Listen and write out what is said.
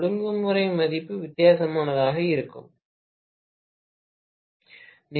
ஒழுங்குமுறை மதிப்பு வித்தியாசமாக இருக்கிறோம்